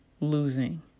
losing